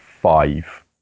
five